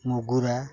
ମଗୁରା